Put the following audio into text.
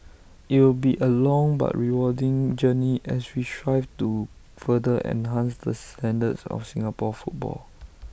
IT will be A long but rewarding journey as we strive to further enhance the standards of Singapore football